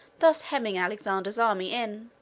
thus hemming alexander's army in.